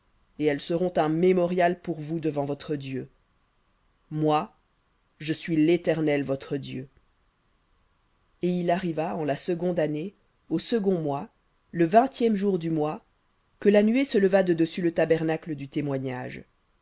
et elles seront un mémorial pour vous devant votre dieu moi je suis l'éternel votre dieu et il arriva en la seconde année au second mois le vingtième du mois que la nuée se leva de dessus le tabernacle du témoignage